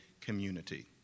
community